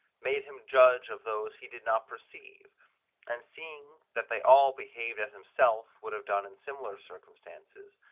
made him judge of those he did not perceive and seeing that they all behaved as himself would have done in similar circumstances,